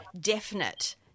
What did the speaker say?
definite